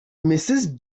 mrs